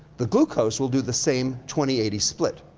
the glucose will do the same twenty eighty split.